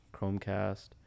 Chromecast